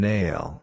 Nail